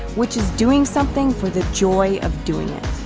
which is doing something for the joy of doing it.